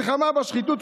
"מלחמה בשחיתות,